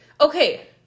Okay